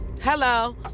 hello